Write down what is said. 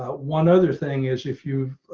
one other thing is if you've